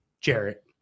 Jarrett